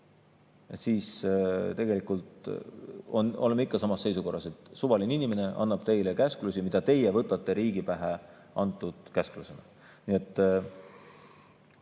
siis te tegelikult olete samas seisukorras: suvaline inimene annab teile käsklusi, mida teie võtate riigi antud käskluse